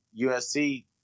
USC